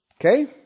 Okay